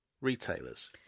retailers